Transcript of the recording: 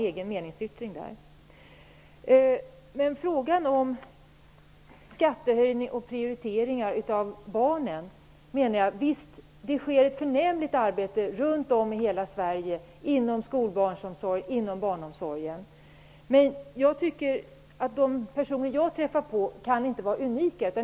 Visst görs det ett förnämligt arbete runt om i hela Sverige inom skolbarnsomsorg och barnomsorgen i stort. Men de personer som jag träffat kan inte vara unika.